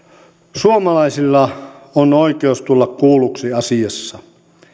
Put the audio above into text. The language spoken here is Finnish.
suomalaisilla on oikeus tulla kuulluksi asiassa